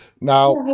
Now